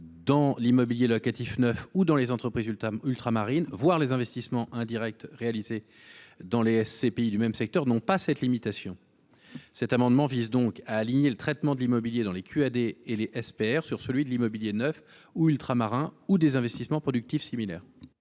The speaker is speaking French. dans l’immobilier locatif neuf ou dans les entreprises ultramarines, voire les investissements indirects réalisés dans les SCPI (sociétés civiles de placement immobilier) du même secteur, n’ont pas cette limitation. Cet amendement vise à aligner le traitement de l’immobilier dans les QAD et les SPR sur celui de l’immobilier neuf ou ultramarin, ou sur des investissements productifs similaires.